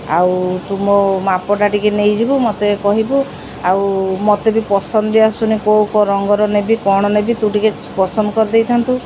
ଆଉ ତୁ ମୋ ମାପଟା ଟିକିଏ ନେଇଯିବୁ ମୋତେ କହିବୁ ଆଉ ମୋତେ ବି ପସନ୍ଦ ବି ଆସୁନି କେଉଁ କେଉଁ ରଙ୍ଗର ନେବି କ'ଣ ନେବି ତୁ ଟିକିଏ ପସନ୍ଦ କରିଦେଇଥାନ୍ତୁ